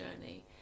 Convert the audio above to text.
journey